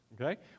okay